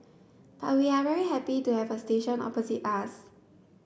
but we are very happy to have a station opposite us